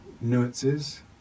nuances